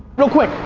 real quick,